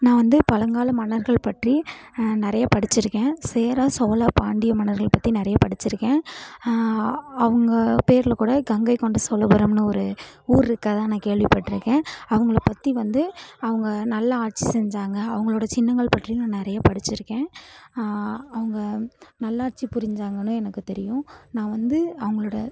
நான் வந்து பழங்கால மன்னர்கள் பற்றி நிறைய படிச்சிருக்கேன் சேர சோழ பாண்டிய மன்னர்கள் பற்றி நிறைய படிச்சிருக்கேன் அவங்க பேர்ல கூட கங்கை கொண்ட சோழபுரம்னு ஒரு ஊர் இருக்கிறதா நான் கேள்விப்பட்டிருக்கேன் அவங்கள பற்றி வந்து அவங்க நல்ல ஆட்சி செஞ்சாங்க அவங்களோட சின்னங்கள் பற்றி நான் நிறைய படிச்சிருக்கேன் அவங்க நல்லாட்சி புரிஞ்சாங்கன்னும் எனக்கு தெரியும் நான் வந்து அவங்களோட